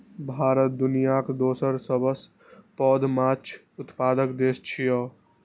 भारत दुनियाक दोसर सबसं पैघ माछ उत्पादक देश छियै